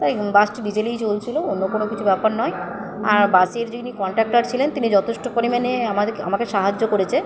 তাই বাসটি ডিজেলেই চলছিলো অন্য কোনো কিচু ব্যাপার নয় আর বাসের যিনি কন্ডাকটর ছিলেন তিনি যথেষ্ট পরিমাণে আমাকে সাহায্য করেছে